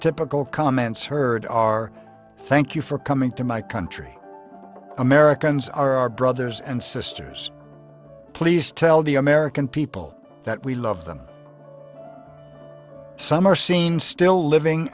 typical comments heard our thank you for coming to my country americans are our brothers and sisters please tell the american people that we love them some are seen still living